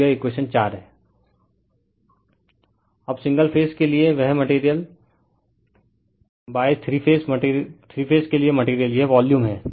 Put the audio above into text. refer slide time 2554 अब single phase के लिए वह मटेरियलथ्री फेज के लिए मटेरियल यह वॉल्यूम है